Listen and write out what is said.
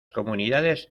comunidades